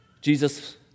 Jesus